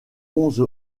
onze